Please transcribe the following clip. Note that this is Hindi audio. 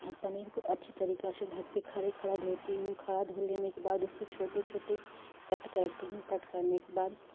पनीर को अच्छी तरीके से घर पर खड़ा खड़ा धोती हूँ खड़ा धो लेने के बाद उसको छोटे छोटे कट करती हूँ कट करने के बाद